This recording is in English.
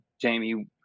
Jamie